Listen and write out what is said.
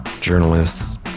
journalists